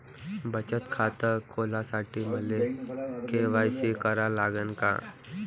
बचत खात खोलासाठी मले के.वाय.सी करा लागन का?